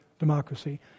democracy